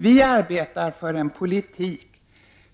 Vi arbetar för en politik